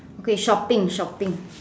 okay shopping shopping